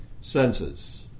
senses